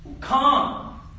Come